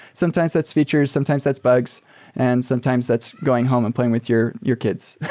sometimes that's features. sometimes that's bugs and sometimes that's going home and playing with your your kids,